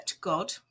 god